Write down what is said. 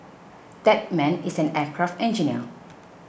that man is an aircraft engineer